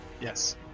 yes